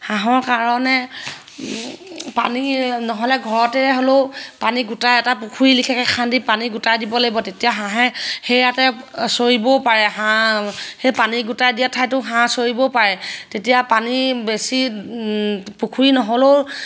হাঁহৰ কাৰণে পানী নহ'লে ঘৰতে হ'লেও পানী গোটাই এটা পুখুৰী লেখীয়াকৈ খান্দি পানী গোটাই দিব লাগিব তেতিয়া হাঁহে সেয়াতে চৰিবও পাৰে হাঁহ সেই পানী গোটাই দিয়া ঠাইতো হাঁহ চৰিব পাৰে তেতিয়া পানী বেছি পুখুৰী নহ'লেও